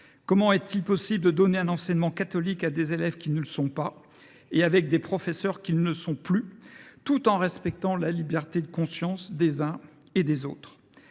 comment est il possible de donner un enseignement catholique à des élèves qui ne le sont pas et avec des professeurs qui ne le sont plus, tout en respectant la liberté de conscience des uns et des autres ?